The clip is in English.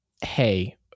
hey